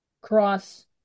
Cross